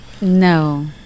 no